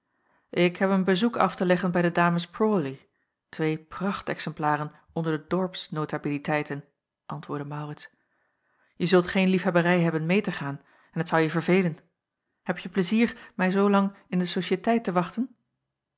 ik heb een bezoek af te leggen bij de ames rawley twee pracht exemplaren onder de dorps notabiliteiten antwoordde maurits je zult geen liefhebberij hebben meê te gaan en t zou je verveelen hebje pleizier mij zoolang in de sociëteit te wachten